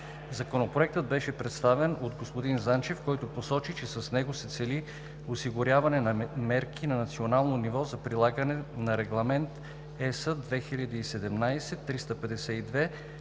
Законопроектът беше представен от господин Занчев, който посочи, че с него се цели осигуряването на мерки на национално ниво за прилагане на Регламент (ЕС) 2017/352